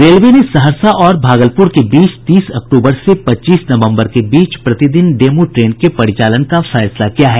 railway ने सहरसा और भागलपुर के बीच तीस अक्टूबर से पच्चीस नवम्बर के बीच प्रतिदिन डेमू ट्रेन के परिचालन का फैसला किया है